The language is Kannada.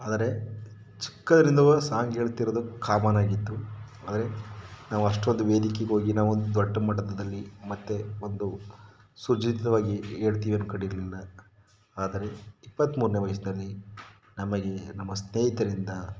ಆದರೆ ಚಿಕ್ಕದ್ರಿಂದ ಸಾಂಗ್ ಹೇಳ್ತಿರೋದು ಕಾಮನ್ನಾಗಿತ್ತು ಆದರೆ ನಾವಷ್ಟೊಂದು ವೇದಿಕೆಗೋಗಿ ನಾವೊಂದು ದೊಡ್ಡ ಮಟ್ಟದಲ್ಲಿ ಮತ್ತೆ ಒಂದು ಸುಸಜ್ಜಿತವಾಗಿ ಹೇಳ್ತೀನಿ ಅಂದ್ಕೊಂಡಿರ್ಲಿಲ್ಲ ಆದರೆ ಇಪ್ಪತ್ತ್ಮೂರನೇ ವಯಸ್ಸಿನಲ್ಲಿ ನಮ್ಮ ಈ ನಮ್ಮ ಸ್ನೇಹಿತರಿಂದ